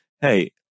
hey